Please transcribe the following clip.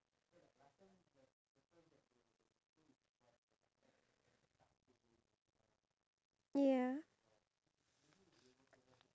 it's this straw that this uh individual invented for the people in africa so that they can drink out of rivers